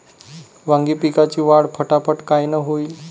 वांगी पिकाची वाढ फटाफट कायनं होईल?